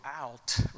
out